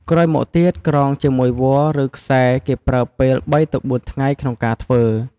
ក្រោយមកទៀតក្រងជាមួយវល្លិ៍ឬខ្សែគេប្រើពេល ៣ទៅ៤ ថ្ងៃក្នុងការធ្វើ។